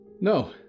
No